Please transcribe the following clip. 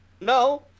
no